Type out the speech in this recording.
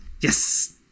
Yes